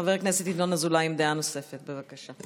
חבר הכנסת ינון אזולאי עם דעה נוספת, בבקשה.